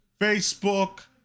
Facebook